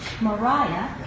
Mariah